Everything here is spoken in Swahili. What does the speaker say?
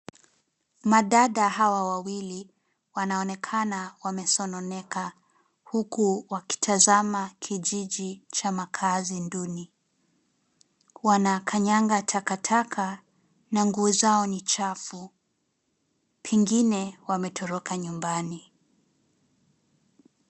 Madada hawa wawili, wanaonekana wamesononeka, huku wakitazama kijiji cha makazi duni. Wanakanyaga takataka, na nguo zao ni chafu, pengine wametoroka nyumbani.